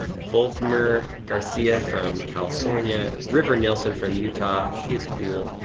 volkmer garcia from california. river nielson from utah, he is cool.